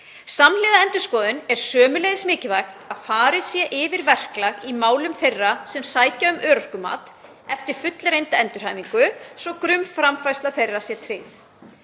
Samhliða endurskoðun er sömuleiðis mikilvægt að farið sé yfir verklag í málum þeirra sem sækja um örorkumat eftir fullreynda endurhæfingu svo að grunnframfærsla þeirra sé tryggð.